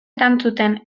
erantzuten